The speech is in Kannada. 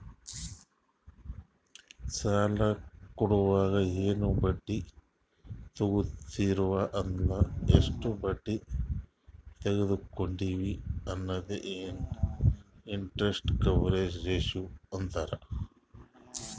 ಸಾಲಾ ಕೊಟ್ಟಾಗ ಎನ್ ಬಡ್ಡಿ ತಗೋತ್ತಿವ್ ಅಲ್ಲ ಎಷ್ಟ ಬಡ್ಡಿ ತಗೊಂಡಿವಿ ಅನ್ನದೆ ಇಂಟರೆಸ್ಟ್ ಕವರೇಜ್ ರೇಶಿಯೋ ಅಂತಾರ್